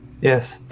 Yes